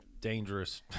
dangerous